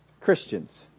Christians